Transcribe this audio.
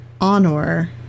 Honor